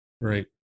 right